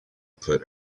put